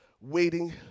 waiting